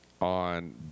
on